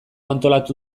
antolatu